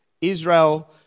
Israel